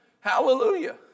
Hallelujah